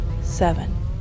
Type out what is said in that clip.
seven